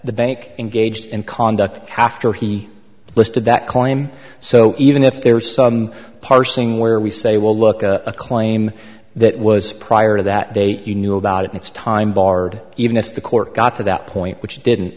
the bank engaged in conduct after he listed that claim so even if there is some parsing where we say well look a claim that was prior to that day you knew about it it's time barred even if the court got to that point which didn't